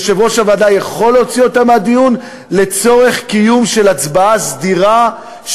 יושב-ראש הוועדה יכול להוציא אותם מהדיון לצורך קיום הצבעה שקטה,